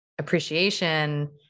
Appreciation